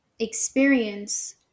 experience